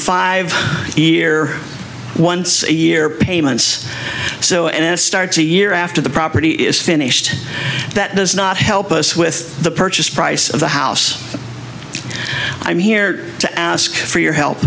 five year once a year payments so and it starts a year after the property is finished that does not help us with the purchase price of the house i'm here to ask for your he